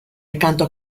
accanto